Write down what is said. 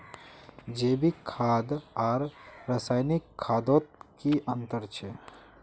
जैविक खाद आर रासायनिक खादोत की अंतर छे?